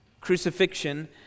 crucifixion